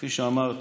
כפי שאמרתי,